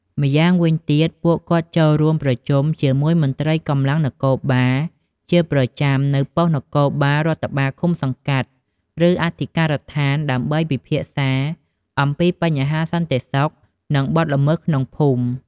ម្យ៉ាងវិញទៀត ពួកគាត់ចូលរួមប្រជុំជាមួយមន្ត្រីកម្លាំងនគរបាលជាប្រចាំនៅប៉ុស្តិ៍នគរបាលរដ្ឋបាលឃុំ-សង្កាត់ ឬអធិការដ្ឋាន ដើម្បីពិភាក្សាអំពីបញ្ហាសន្តិសុខ និងបទល្មើសក្នុងភូមិ។